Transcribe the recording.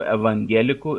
evangelikų